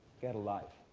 get a life,